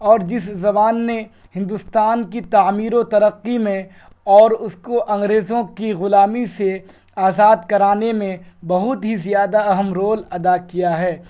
ارو جس زبان نے ہندوستان کی تعمیر و ترقی میں اور اس کو انگریزوں کی غلامی سے آزاد کرانے میں بہت ہی زیادہ اہم رول ادا کیا ہے